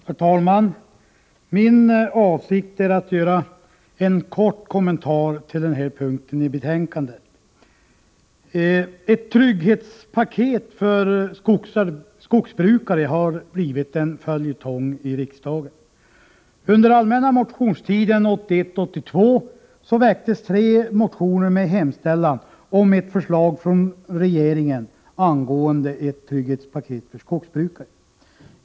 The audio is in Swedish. Herr talman! Min avsikt är att göra en kort kommentar till den här punkten i betänkandet. Ett trygghetspaket för skogsbrukare har blivit en följetong i riksdagen. Under allmänna motionstiden 1981/82 väcktes tre motioner med hemställan om ett förslag från regeringen angående ett trygghetspaket för skogsbrukare.